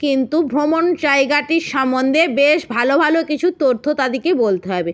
কিন্তু ভ্রমণ জায়গাটির সম্বন্ধে বেশ ভালো ভালো কিছু তথ্য তাদেরকে বলতে হবে